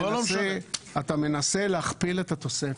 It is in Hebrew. אתה מנסה להכפיל את התוספת.